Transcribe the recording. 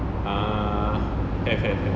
err have have have